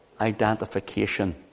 identification